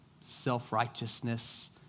self-righteousness